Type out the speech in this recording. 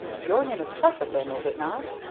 your name is trefethen, is it not?